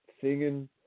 singing